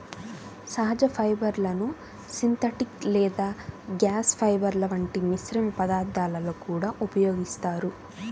సహజ ఫైబర్లను సింథటిక్ లేదా గ్లాస్ ఫైబర్ల వంటి మిశ్రమ పదార్థాలలో కూడా ఉపయోగిస్తారు